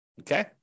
okay